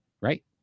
Right